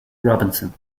robinson